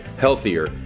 healthier